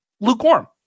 lukewarm